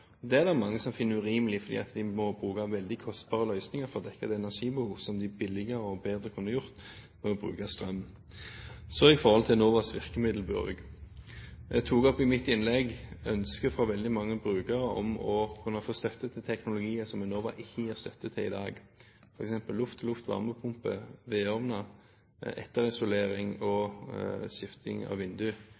Det er det mange som finner urimelig, fordi vi må bruke veldig kostbare løsninger for å dekke det energibehovet som en billigere og bedre kunne dekket ved å bruke strøm. Så i forhold til Enovas virkemiddelbruk: Jeg tok i mitt innlegg opp et ønske fra veldig mange brukere om å kunne få støtte til teknologier som Enova ikke gir støtte til i dag, f.eks. luft-til-luft varmepumpe, vedovner, etterisolering og skifting av